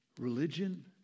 Religion